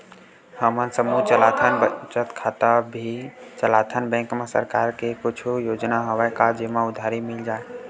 हमन समूह चलाथन बचत खाता भी चलाथन बैंक मा सरकार के कुछ योजना हवय का जेमा उधारी मिल जाय?